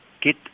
get